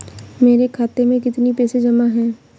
मेरे खाता में कितनी पैसे जमा हैं?